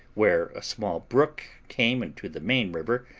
where a small brook came into the main river,